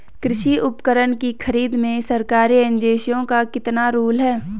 कृषि उपकरण की खरीद में सरकारी एजेंसियों का कितना रोल है?